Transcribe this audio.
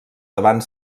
davant